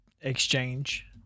exchange